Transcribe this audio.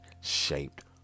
shaped